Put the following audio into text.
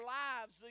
lives